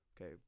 okay